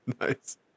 nice